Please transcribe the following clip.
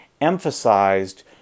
emphasized